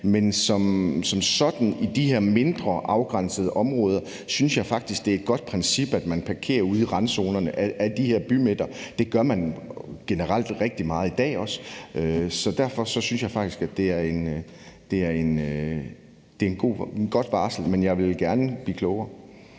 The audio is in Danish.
Men i forhold til de her mindre afgrænsede områder synes jeg faktisk, det er et godt princip, at man parkerer ude i randzonerne af de her bymidter. Det gør man generelt rigtig meget i dag også. Så derfor synes jeg faktisk, at det er en god varsling. Men jeg vil gerne blive klogere.